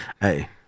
Hey